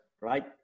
Right